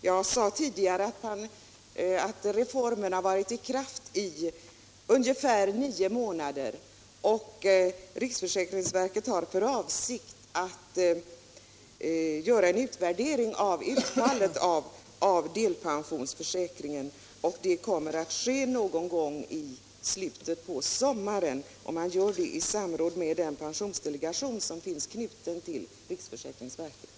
Jag sade tidigare att reformerna varit i kraft i ungefär nio månader, och riksförsäkringsverket har för avsikt att göra en utvärdering av utfallet av delpensionsförsäkringen. Det kommer att ske någon gång i slutet av sommaren. Man gör detta i samråd med den pensionsdelegation som är knuten till riksförsäkringsverket.